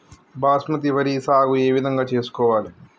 బాస్మతి వరి సాగు ఏ విధంగా చేసుకోవాలి?